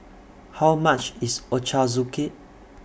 How much IS Ochazuke